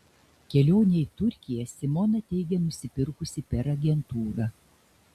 kelionę į turkiją simona teigia nusipirkusi per agentūrą